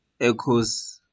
echoes